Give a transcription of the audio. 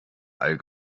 all